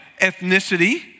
ethnicity